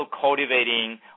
cultivating